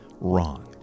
wrong